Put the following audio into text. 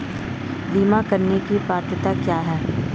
बीमा करने की पात्रता क्या है?